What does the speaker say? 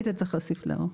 תודה רבה,